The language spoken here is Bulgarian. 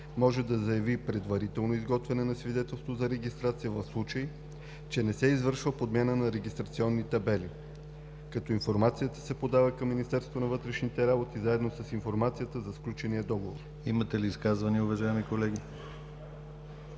може да заяви предварително изготвяне на свидетелството за регистрация, в случай че не се извършва подмяна на регистрационни табели, като информацията се подава към Министерството на вътрешните работи заедно с информацията за сключения договор.“ ПРЕДСЕДАТЕЛ ДИМИТЪР ГЛАВЧЕВ: Имате ли изказвания, уважаеми колеги?